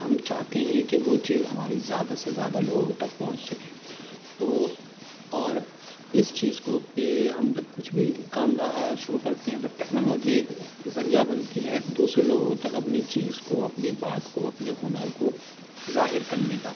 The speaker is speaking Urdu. ہم چاہتے ہیں کہ وہ چیز ہماری زیادہ سے زیادہ لوگوں تک پہنچ سکے تو اور اس چیز کو کہ ہم جب کچھ بھی کام شروع کرتے ہیں تو ٹیکنالوجی ایک ذریعہ بنتی ہے دوسرے لوگوں تک اپنی چیز کو اپنی بات کو اپنے ہنر کو ظاہر کرنے کا